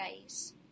days